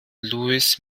louis